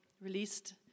released